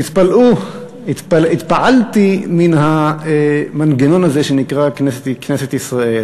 תתפלאו, התפעלתי מהמנגנון הזה שנקרא כנסת ישראל.